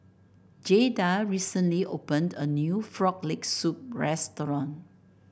Jaeda recently opened a new Frog Leg Soup restaurant